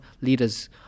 leaders